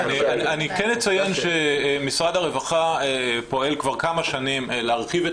אני כן אציין שמשרד הרווחה פועל כבר כמה שנים להרחיב את